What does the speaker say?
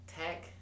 Tech